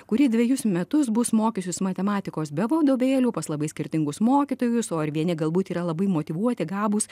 kuri dvejus metus bus mokiusis matematikos be vadovėlių pas labai skirtingus mokytojus o ar vieni galbūt yra labai motyvuoti gabūs